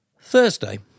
Thursday